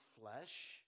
flesh